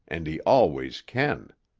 and he always can.